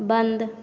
बंद